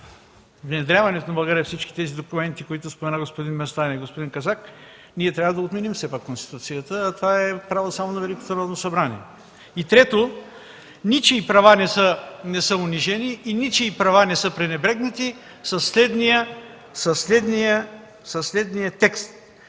внедряването в България на всичките тези документи, за които споменаха господин Местан и господин Казак, трябва да отменим все пак Конституцията, а това е право само на Велико Народно събрание. И трето, ничии права не са унижени и ничии права не са пренебрегнати със следния текст